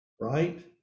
right